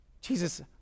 Jesus